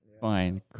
fine